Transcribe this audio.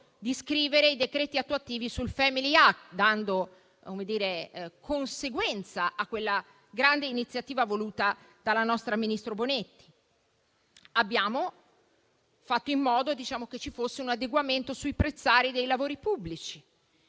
di scrivere i decreti attuativi sul *family act*, dando conseguenza a quella grande iniziativa voluta dalla nostra ministra Bonetti. Abbiamo fatto in modo che ci fosse un adeguamento sui prezzari dei lavori pubblici.